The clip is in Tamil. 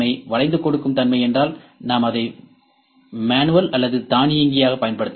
வளைந்து கொடுக்கும் தன்மை என்றால் நாம் அதை மேனுவல் அல்லது தானியங்கியாக பயன்படுத்தலாம்